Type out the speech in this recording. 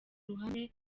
ruhame